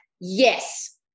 yes